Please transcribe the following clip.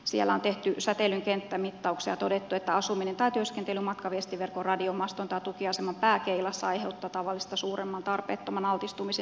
siellä on tehty säteilyn kenttämittauksia ja todettu että asuminen tai työskentely matkaviestiverkon radiomaston tai tukiaseman pääkeilassa aiheuttaa tavallista suuremman tarpeettoman altistumisen